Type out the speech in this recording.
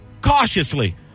cautiously